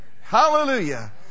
Hallelujah